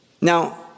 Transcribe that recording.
Now